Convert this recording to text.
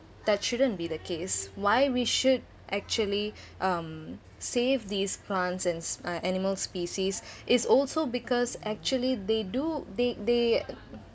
that shouldn't be the case why we should actually um save these plants and s~ uh animal species is also because actually they do they they